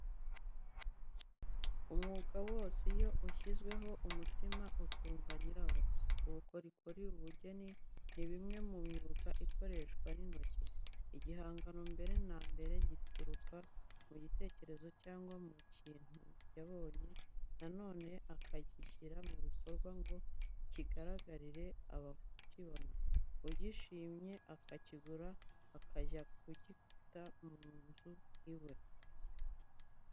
Umwuga wose iyo ushyizweho umutima, utunga nyirawo. Ubukorikori, ubugeni ni bimwe mu myuga ikoreshwa intoki. Igihangano mbere na mbere gituruka mu gitekerezo cyangwa mu kintu yabonye noneho akagishyira mu bikorwa ngo kigaragarire abakibona. Ugishimye akakigura, akajya kugitaka mu nzu iwe.